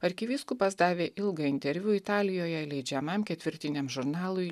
arkivyskupas davė ilgą interviu italijoje leidžiamam ketvirtiniam žurnalui